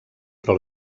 però